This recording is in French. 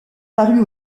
parue